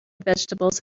vegetables